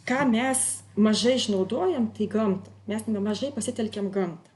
ką mes mažai išnaudojam gamtą nes nemažai pasitelkiam gamtą